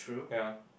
ya